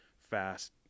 fast